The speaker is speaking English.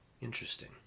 Interesting